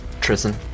Tristan